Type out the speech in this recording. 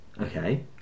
Okay